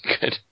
good